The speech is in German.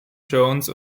jones